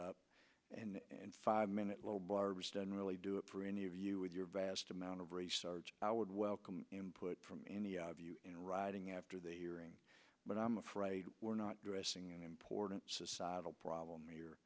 up and five minute lobar was done really do it for any of you with your vast amount of research i would welcome him put from any of you in writing after the hearing but i'm afraid we're not dressing an important societal problem here